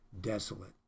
desolate